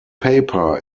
paper